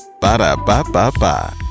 Ba-da-ba-ba-ba